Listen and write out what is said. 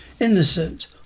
innocent